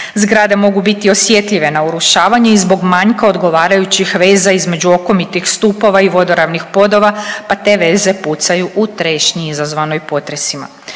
Zgrade mogu biti osjetljive na urušavanje i zbog manjka odgovarajućih veza između okomitih stupova i vodoravnih podova, pa te veze pucaju u trešnji izazvanoj potresima.